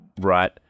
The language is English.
right